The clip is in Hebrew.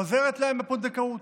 עוזרת להם בפונדקאות,